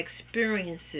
experiences